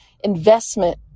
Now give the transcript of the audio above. investment